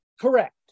Correct